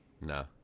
no